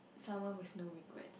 someone with no regrets